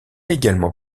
également